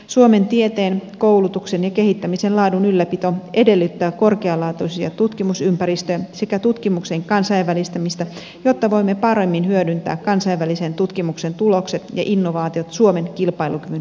suomen tieteen koulutuksen ja kehittämisen laadun ylläpito edellyttää korkealaatuisia tutkimusympäristöjä sekä tutkimuksen kansainvälistämistä jotta voimme paremmin hyödyntää kansainvälisen tutkimuksen tulokset ja innovaatiot suomen kilpailukyvyn kehittämisessä